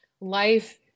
life